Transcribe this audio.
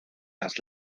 las